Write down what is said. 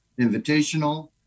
Invitational